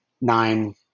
nine